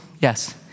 Yes